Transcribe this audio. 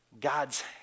God's